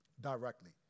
directly